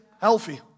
healthy